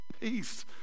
peace